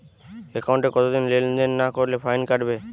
একাউন্টে কতদিন লেনদেন না করলে ফাইন কাটবে?